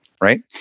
right